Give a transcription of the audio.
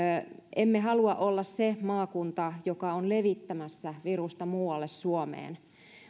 emme halua olla se maakunta joka on levittämässä virusta muualle suomeen